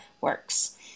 works